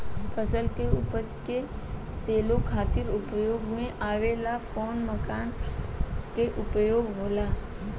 फसल के उपज के तौले खातिर उपयोग में आवे वाला कौन मानक के उपयोग होला?